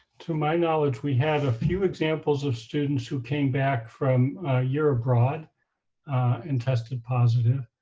to my knowledge, we had a few examples of students who came back from a year abroad and tested positive.